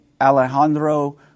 Alejandro